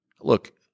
look